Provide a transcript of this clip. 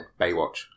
Baywatch